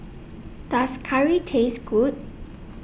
Does Curry Taste Good